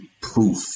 proof